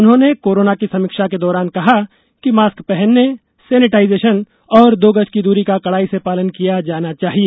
उन्होंने कोरोना की समीक्षा के दौरान कहा कि मास्क पहनने सेनेटाइजेशन और दो गज की दूरी का कड़ाई से पालन किया जाना चाहिए